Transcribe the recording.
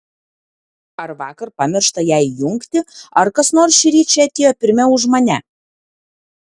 ar vakar pamiršta ją įjungti ar kas nors šįryt čia atėjo pirmiau už mane